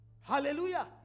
hallelujah